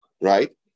right